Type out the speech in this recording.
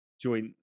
joint